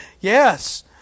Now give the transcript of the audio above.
yes